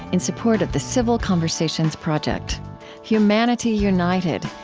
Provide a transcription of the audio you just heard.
in support of the civil conversations project humanity united,